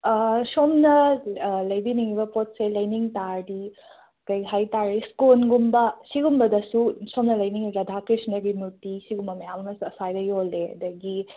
ꯁꯣꯝꯅ ꯂꯩꯕꯤꯅꯤꯡꯏꯕ ꯄꯣꯠꯁꯦ ꯂꯩꯅꯤꯡ ꯇꯥꯔꯗꯤ ꯀꯩꯍꯥꯏꯇꯥꯔꯦ ꯏꯁꯀꯣꯟꯒꯨꯝꯕ ꯁꯤꯒꯨꯝꯕꯗꯁꯨ ꯁꯣꯝꯅ ꯂꯩꯅꯤꯡ ꯔꯥꯙꯥ ꯀ꯭ꯔꯤꯁꯅꯒꯤ ꯃꯨꯔꯇꯤ ꯁꯤꯒꯨꯝꯕ ꯃꯌꯥꯝ ꯑꯃꯁꯨ ꯑꯁ꯭ꯋꯥꯏꯗ ꯌꯣꯜꯂꯦ ꯑꯗꯒꯤ